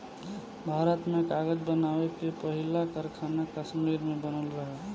भारत में कागज़ बनावे के पहिला कारखाना कश्मीर में बनल रहे